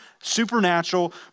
supernatural